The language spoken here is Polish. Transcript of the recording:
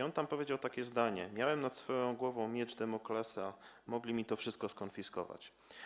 On tam powiedział takie zdanie: Miałem nad swoją głową miecz Damoklesa, mogli mi to wszystko skonfiskować.